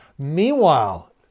Meanwhile